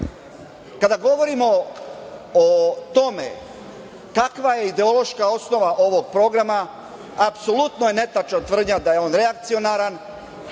govorimo o tome kakva je ideološka osnova ovog programa, apsolutno je netačna tvrdnja da je on reakcionaran,